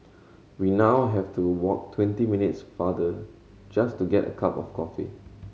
we now have to walk twenty minutes farther just to get a cup of coffee